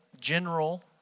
general